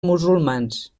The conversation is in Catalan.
musulmans